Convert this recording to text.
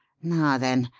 now, then,